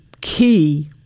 key